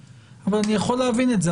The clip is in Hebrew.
אבל אני יכול להבין את זה,